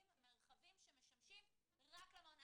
(2)מעון יום לפעוטות שחוק פיקוח על מעונות יום לפעוטות,